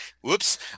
Whoops